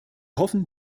hoffen